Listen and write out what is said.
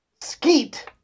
Skeet